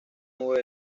nube